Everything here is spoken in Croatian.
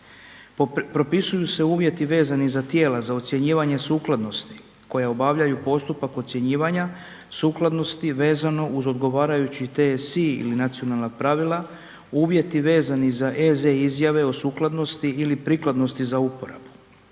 Propisuju se uvjeti vezani za tijela za ocjenjivanje sukladnosti koja obavljaju postupak ocjenjivanja sukladnosti vezano uz odgovarajući TSI ili nacionalna pravila, uvjeti vezani za EZ izjave o sukladnosti ili prikladnosti za uporabu.